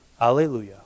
Alleluia